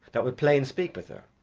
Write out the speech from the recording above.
that would play and speak with her.